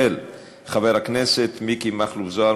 של חברי הכנסת: מיקי מכלוף זוהר,